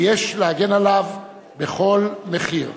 ויש להגן עליה בכל מחיר.